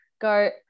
go